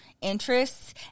interests